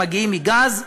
מגיעים מגז,